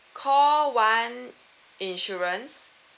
call one insurance